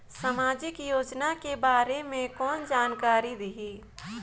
समाजिक योजना के बारे मे कोन जानकारी देही?